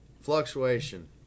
Fluctuation